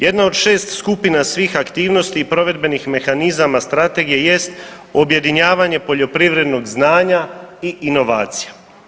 Jedna od šest skupina svih aktivnosti i provedbenih mehanizama strategije jest objedinjavanje poljoprivrednog znanja i inovacija.